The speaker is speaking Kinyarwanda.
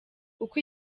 uko